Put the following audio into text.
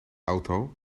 auto